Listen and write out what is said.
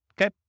Okay